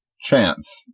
chance